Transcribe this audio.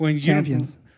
champions